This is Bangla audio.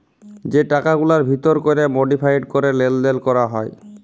যে টাকাগুলার ভিতর ক্যরে মডিফায়েড ক্যরে লেলদেল ক্যরা হ্যয়